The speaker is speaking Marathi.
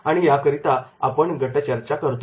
आणि याकरिता आपण गटचर्चा करतो